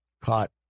caught